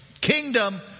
kingdom